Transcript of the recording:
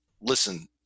listen